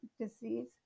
disease